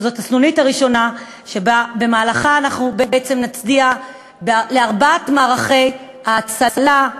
שזאת הסנונית הראשונה במהלך שבו אנחנו בעצם נצדיע לארבעת מערכי ההצלה,